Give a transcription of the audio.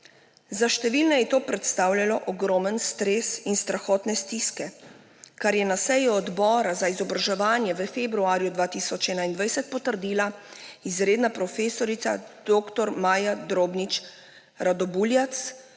Za številne je to predstavljajo ogromen stres in strahotne stiske, kar je na seji Odbora za izobraževanje v februarju 2021 potrdila izredna profesorica dr. Maja Drobnič Radobuljac,